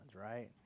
right